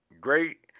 Great